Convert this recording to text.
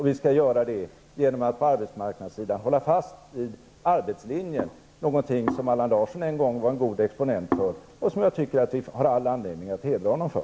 Vi skall göra det genom att på arbetsmarknadssidan hålla fast vid arbetslinjen, någonting som Allan Larsson en gång var en god exponent för. Det tycker jag att vi har all anledning att hedra honom för.